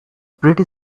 pretty